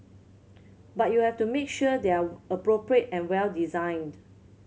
but you have to make sure they're appropriate and well designed